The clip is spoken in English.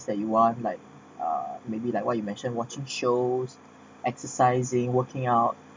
that you want like maybe like what you mentioned watching shows exercising working out